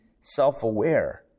self-aware